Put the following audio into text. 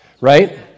right